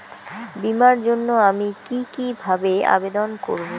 বিমার জন্য আমি কি কিভাবে আবেদন করব?